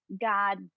God